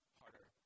harder